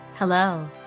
Hello